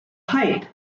hype